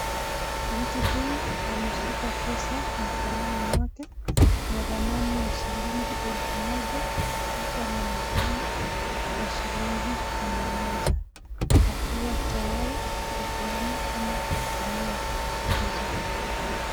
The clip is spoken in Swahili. Mtu huyu ameshika pesa mkononi mwake ya dhamani ya shilingi elfu moja, ikifuatwa na mia tano na shilingi mia moja, akiwa tayari kupeana ama kutumia hizo.